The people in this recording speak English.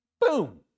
Boom